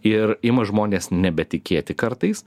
ir ima žmonės nebetikėti kartais